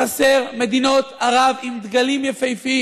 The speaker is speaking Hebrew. אתה מבייש, לא חסרות מדינות ערב עם דגלים יפהפיים.